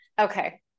Okay